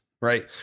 right